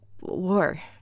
War